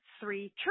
three